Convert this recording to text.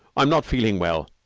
i'm not feeling well.